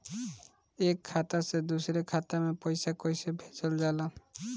एक खाता से दुसरे खाता मे पैसा कैसे भेजल जाला?